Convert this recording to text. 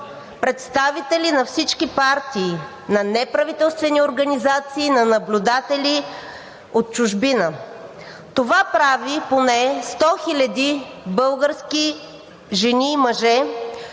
представители на всички партии, на неправителствени организации, на наблюдатели от чужбина. Това прави поне 100 хиляди български жени и мъже,